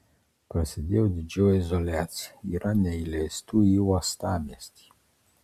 prasidėjo didžioji izoliacija yra neįleistų į uostamiestį